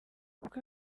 kuko